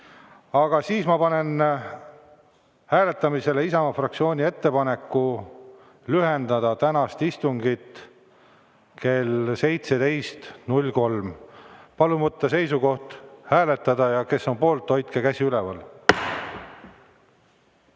on. Ma panen hääletamisele Isamaa fraktsiooni ettepaneku lühendada tänast istungit kella 17.03‑ni. Palun võtta seisukoht ja hääletada! Kes on poolt, hoidke käsi üleval.